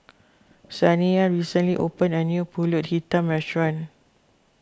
Saniyah recently opened a new Pulut Hitam restaurant